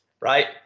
right